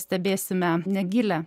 stebėsime negilią